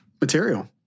material